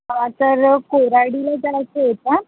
तर कोराडीला जायचं होतं